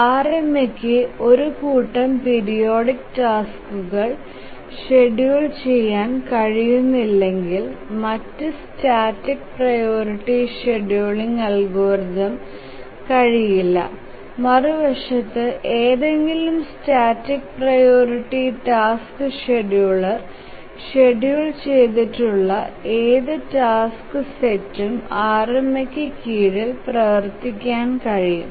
RMAക്ക് ഒരു കൂട്ടം പീരിയോഡിക് ടാസ്ക്കുകൾ ഷെഡ്യൂൾ ചെയ്യാൻ കഴിയുന്നില്ലെങ്കിൽ മറ്റ് സ്റ്റാറ്റിക് പ്രിയോറിറ്റി ഷെഡ്യൂളിംഗ് അൽഗോരിതംസിന് കഴിയില്ല മറുവശത്ത് ഏതെങ്കിലും static priority task scheduler schedule ചെയ്തിട്ടുള്ള ഏത് ടാസ്ക് സെറ്റും RMAയ്ക്ക് കീഴിൽ പ്രവർത്തിപ്പിക്കാൻ കഴിയും